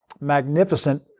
magnificent